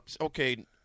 okay